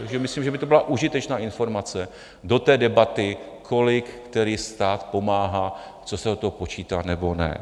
Takže myslím, že by to byla užitečná informace do té debaty, kolik který stát pomáhá, co se od toho počítá nebo ne.